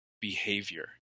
behavior